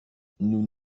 nous